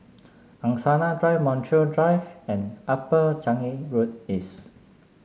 Angsana Drive Montreal Drive and Upper Changi Road East